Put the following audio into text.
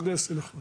ומהנדס מקצועי.